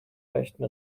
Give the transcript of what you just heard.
rechten